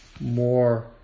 more